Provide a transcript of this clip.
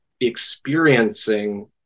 experiencing